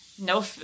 No